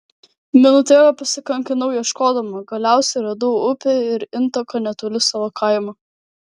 minutėlę pasikankinau ieškodama galiausiai radau upę ir intaką netoli savo kaimo